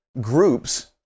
groups